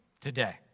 today